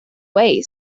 way